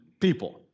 people